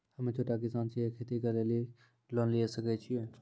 हम्मे छोटा किसान छियै, खेती करे लेली लोन लिये सकय छियै?